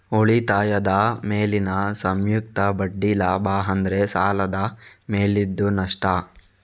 ಉಳಿತಾಯದ ಮೇಲಿನ ಸಂಯುಕ್ತ ಬಡ್ಡಿ ಲಾಭ ಆದ್ರೆ ಸಾಲದ ಮೇಲಿದ್ದು ನಷ್ಟ